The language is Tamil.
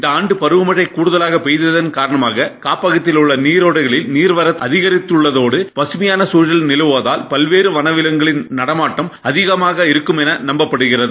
இந்த ஆண்டு பருவமழை கடுகலாக பெய்ததன் காணமாக காப்பகத்தில் உள்ள நீரோடைகளில் நீவாத்து அதிகரித்துள்ளதோடு பக்மையான சூழல் நிலவுவதால் பல்வேறு வனவிலங்குகளின் நடமாட்டம் அதிகமாக இருக்கும் என்று நம்பப்படுகிறது